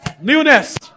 newness